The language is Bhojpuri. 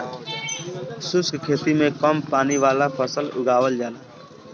शुष्क खेती में कम पानी वाला फसल उगावल जाला